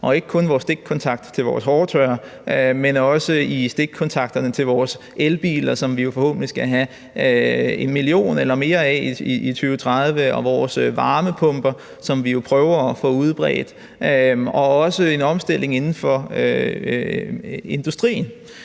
ikke kun i vores stikkontakter til vores hårtørrere, men også i stikkontakterne til vores elbiler, som vi jo forhåbentlig skal have en million eller mere af i 2030, og til vores varmepumper, som vi jo prøver at få udbredt, og også i forhold til en omstilling inden for industrien.